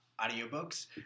audiobooks